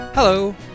Hello